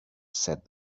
said